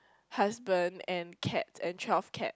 husband and cat and twelve cats